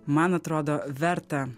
man atrodo verta